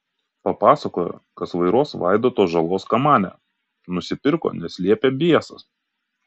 papasakojo kas vairuos vaidoto žalos kamanę nusipirko nes liepė biesas